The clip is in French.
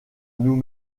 nous